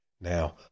Now